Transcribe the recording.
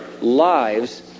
lives